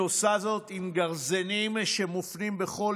היא עושה זאת עם גרזינים שמופנים בכל